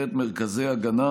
בבקשה.